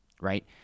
right